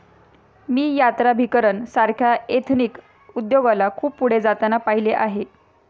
मी यात्राभिकरण सारख्या एथनिक उद्योगाला खूप पुढे जाताना पाहिले आहे